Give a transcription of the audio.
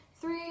three